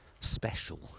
special